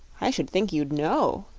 i should think you'd know,